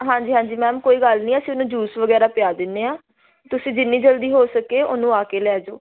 ਹਾਂਜੀ ਹਾਂਜੀ ਮੈਮ ਕੋਈ ਗੱਲ ਨਹੀਂ ਅਸੀਂ ਉਹਨੂੰ ਜੂਸ ਵਗੈਰਾ ਪਿਆ ਦਿੰਦੇ ਹਾਂ ਤੁਸੀਂ ਜਿੰਨੀ ਜਲਦੀ ਹੋ ਸਕੇ ਉਹਨੂੰ ਆ ਕੇ ਲੈ ਜਾਉ